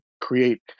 create